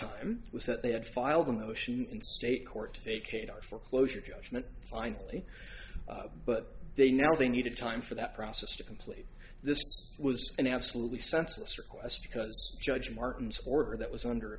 time was that they had filed a motion in state court today kate or foreclosure judgment finally but they never really needed time for that process to complete this was an absolutely senseless request because judge martin's order that was under